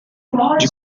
qualquer